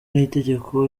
n’itegeko